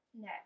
no